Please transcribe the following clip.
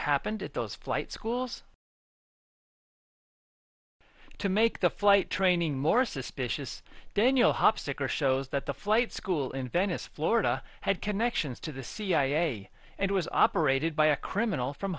happened at those flight schools to make the flight training more suspicious daniel hop sticker shows that the flight school in venice florida had connections to the cia and was operated by a criminal from